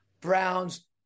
Browns